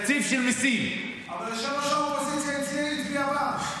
--- אבל ראש האופוזיציה שם הצביע בעד.